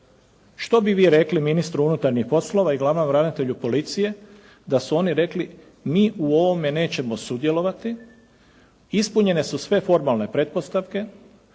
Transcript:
Što bi vi rekli ministru unutarnjih poslova i glavnom ravnatelju policije da su oni rekli: Mi u ovome nećemo sudjelovati. Ispunjene su sve formalne pretpostavke.